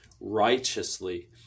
righteously